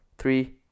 Three